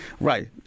Right